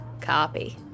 Copy